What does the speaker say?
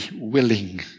willing